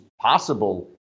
possible